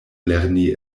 lerni